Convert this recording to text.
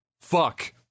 fuck